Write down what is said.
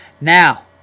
Now